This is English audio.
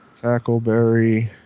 Tackleberry